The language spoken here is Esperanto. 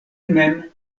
mem